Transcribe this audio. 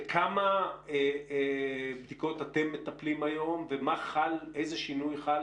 בכמה בדיקות אתם מטפלים היום ואיזה שינוי חל